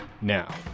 Now